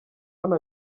hano